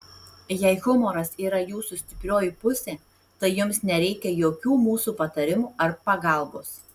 jei humoras yra jūsų stiprioji pusė tai jums nereikia jokių mūsų patarimų ar pagalbos